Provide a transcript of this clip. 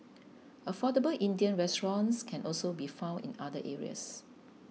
affordable Indian restaurants can also be found in other areas